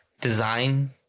design